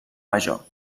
major